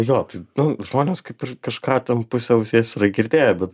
jo tai nu žmonės kaip ir kažką ten puse ausies yra girdėję bet